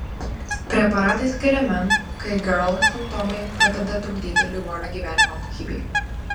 preparatai skiriami kai gerl simptomai pradeda trukdyti ligonio gyvenimo kokybei